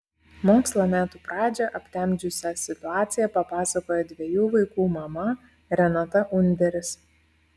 mokslo metų pradžią aptemdžiusią situaciją papasakojo dviejų vaikų mama renata underis